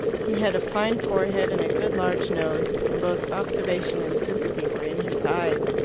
he had a fine forehead and a good large nose, and both observation and sympathy were in his eyes.